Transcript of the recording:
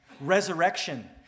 resurrection